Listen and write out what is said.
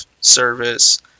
service